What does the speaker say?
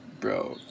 bro